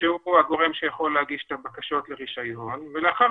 שהוא הגורם שיכול להגיש את הבקשות לרישיון ולאחר